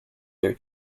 their